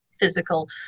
physical